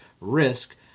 risk